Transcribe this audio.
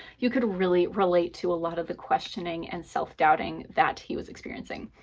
you could really relate to a lot of the questioning and self-doubting that he was experiencing.